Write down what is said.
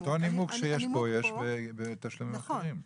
אותו הנימוק שיש פה יש בתשלומים אחרים.